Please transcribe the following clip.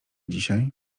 dzisiaj